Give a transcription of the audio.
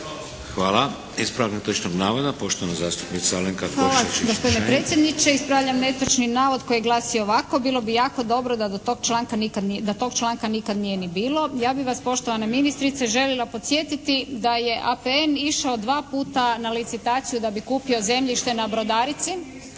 Ispravljam netočni navod koji glasi ovako bilo bi jako dobro da do tog članka, da tog članka nikad nije ni bilo. Ja bih vas poštovana ministrice željela podsjetiti da je APN išao dva puta na licitaciju da bi kupio zemljište na brodarici.